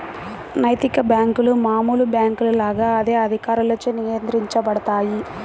నైతిక బ్యేంకులు మామూలు బ్యేంకుల లాగా అదే అధికారులచే నియంత్రించబడతాయి